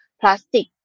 plastic